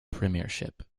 premiership